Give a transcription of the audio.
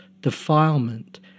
defilement